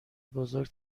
بزرگ